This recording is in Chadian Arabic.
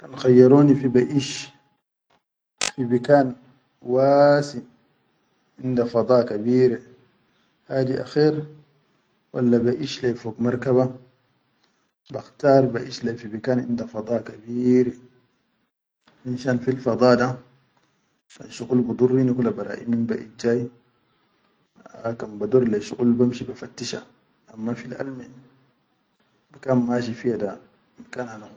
Kan khayyaroni fi baʼish, fi bikan waasi inda fada kabire hadi akher walla baʼish leyi fog markaba bakhtar baʼish bikan inda fada kabire finshan fil fa da da, asshuqul bidor ni kula ba raʼi min baʼid jay a kan bador le yi shuqul banshi ba fattisha amma fil alme, bikan mashi fiya da bikan hana.